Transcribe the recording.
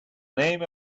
name